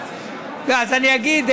אז אני אגיד,